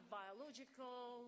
biological